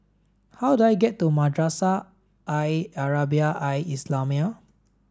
how do I get to Madrasah Al Arabiah Al Islamiah